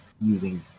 using